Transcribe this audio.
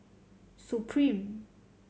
supreme